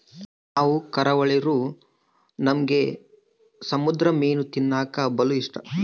ನಾವು ಕರಾವಳಿರೂ ನಮ್ಗೆ ಸಮುದ್ರ ಮೀನು ತಿನ್ನಕ ಬಲು ಇಷ್ಟ